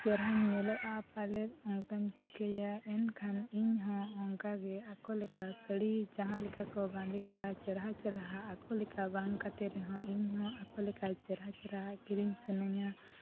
ᱪᱮᱨᱦᱟᱧ ᱧᱮᱞᱚᱜᱼᱟ ᱯᱟᱞᱮᱫ ᱚᱱᱠᱟᱧ ᱴᱷᱤᱠᱟᱹᱭᱟ ᱮᱱᱠᱷᱟᱱ ᱤᱧᱦᱚᱸ ᱚᱱᱠᱟᱜᱮ ᱟᱠᱚ ᱞᱮᱠᱟ ᱥᱟᱹᱲᱤ ᱡᱟᱦᱟᱸ ᱞᱮᱠᱟ ᱠᱚ ᱵᱟᱸᱫᱮᱠᱟᱜᱼᱟ ᱪᱮᱨᱦᱟᱼᱪᱮᱨᱦᱟ ᱟᱠᱚ ᱞᱮᱠᱟ ᱵᱟᱝ ᱠᱟᱛᱮ ᱨᱮᱦᱚᱸ ᱤᱧᱦᱚᱸ ᱟᱠᱚ ᱞᱮᱠᱟ ᱪᱮᱨᱦᱟᱼᱪᱮᱨᱦᱟ ᱠᱤᱨᱤᱧ ᱥᱟᱹᱱᱟᱹᱧᱟ